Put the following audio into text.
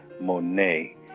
Monet